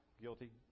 guilty